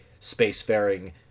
spacefaring